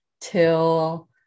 till